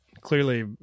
clearly